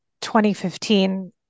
2015